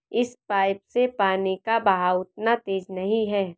इस पाइप से पानी का बहाव उतना तेज नही है